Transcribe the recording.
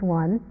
one